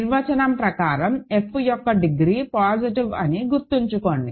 నిర్వచనం ప్రకారం f యొక్క డిగ్రీ పాజిటివ్ అని గుర్తుంచుకోండి